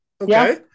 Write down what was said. Okay